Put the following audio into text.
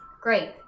Great